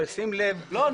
אבל שים לב --- לא,